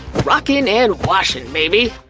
rockin' and washin', baby!